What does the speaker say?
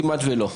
כמעט ולא.